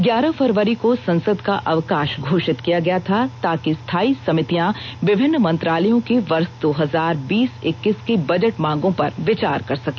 ग्यारह फरवरी को संसद का अवकाश घोषित किया गया था ताकि स्थायी समितियां विभिन्न मंत्रालयों की वर्ष दो हजार बीस इक्कीस की बजट मांगों पर विचार कर सके